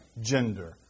gender